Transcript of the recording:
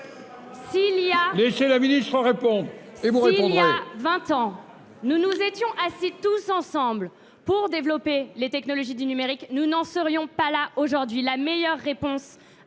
voilà vingt ans, nous nous étions assis tous ensemble pour développer les technologies du numérique, nous n’en serions pas là aujourd’hui. La meilleure réponse